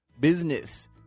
Business